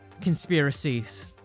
conspiracies